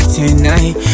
tonight